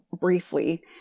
briefly